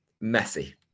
messy